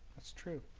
that's true i